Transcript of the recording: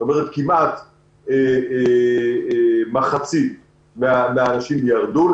זאת אומרת כמעט מחצית מן האנשים ירדו מן הרשימה.